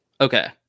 Okay